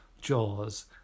Jaws